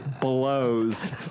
blows